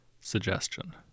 Suggestion